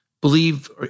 believe